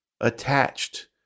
attached